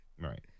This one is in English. Right